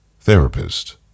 Therapist